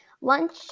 lunch